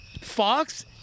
Fox